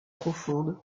profonde